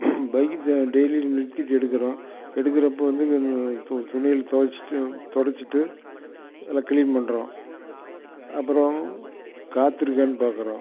bike daily நிறுத்திட்டு எடுக்கிறோம் எடுக்கிறப்ப வந்து துணியில் தொடைச்சிட்டு தொடைச்சிட்டு நல்லா கிளீன் பண்ணுறோம் அப்புறம் காற்று இருக்கானு பாக்கிறோம்